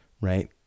right